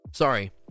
Sorry